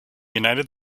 united